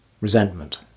resentment